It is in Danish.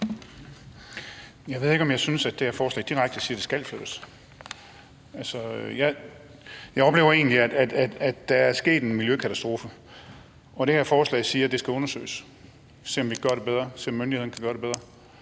Jeg ved ikke, om jeg synes, at det her forslag direkte siger, at det skal flyttes. Jeg oplever egentlig, at der skete en miljøkatastrofe, og det her forslag siger, at det skal undersøges. Vi skal se, om vi kan gøre det bedre, se, om myndighederne kan gøre det bedre.